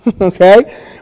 Okay